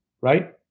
right